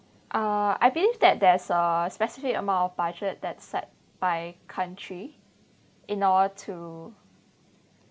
uh I believe that there's a specific amount of budget that set by country in order to